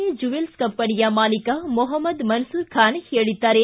A jewels ಕಂಪನಿಯ ಮಾಲಿಕ ಮೊಹಮ್ನದ ಮನ್ಸೂರ್ ಖಾನ್ ಹೇಳಿದ್ದಾರೆ